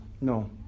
No